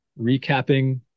recapping